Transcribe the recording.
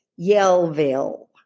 Yellville